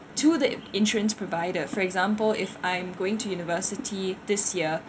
to the insurance provider for example if I'm going to university this year